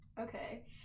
okay